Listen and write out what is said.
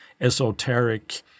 esoteric